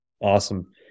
Awesome